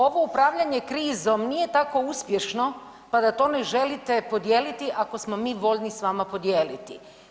Ovo upravljanje krizom nije tako uspješno pa da to ne želite podijeliti ako smo mi voljni s vama podijeliti.